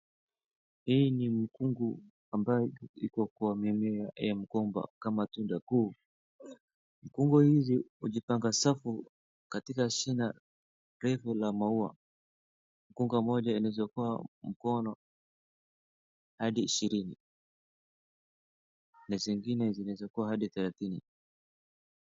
Hii ni mikungu ambayo iko kwa mimea ya mgomba kama tunda kuu, mikungu hizi hujipanga safu katika shina refu la maua. Mkunga moja inaweza kuwa mkono hadi ishirini na zingine zinaweza kuwa hadi thelathini.